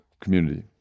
community